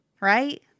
right